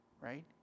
Right